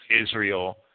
Israel